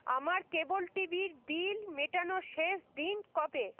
আমার কেবল টিভির বিল মেটানোর শেষ দিন কবে